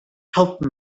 help